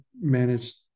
managed